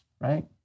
right